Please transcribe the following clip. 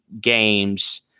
games